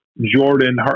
Jordan